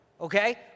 okay